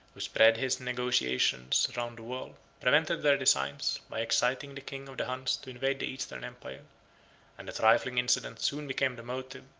who spread his negotiations round the world, prevented their designs, by exciting the king of the huns to invade the eastern empire and a trifling incident soon became the motive,